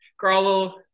Carlo